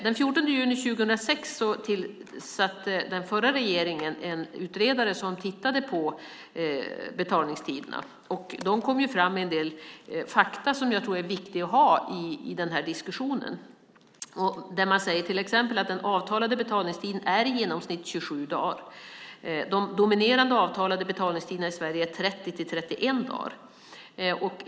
Den 14 juni 2006 tillsatte den förra regeringen en utredare som skulle se över betalningstiderna. Utredaren kom fram med en del fakta som jag tror är viktiga att ha i denna diskussion. Man säger till exempel att den avtalade betalningstiden i genomsnitt är 27 dagar. De dominerande avtalade betalningstiderna i Sverige är 30-31 dagar.